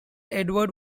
edward